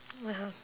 (uh huh)